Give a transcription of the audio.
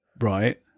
Right